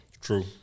True